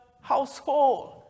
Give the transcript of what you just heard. household